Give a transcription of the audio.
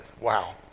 Wow